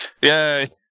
Yay